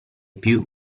più